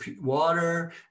water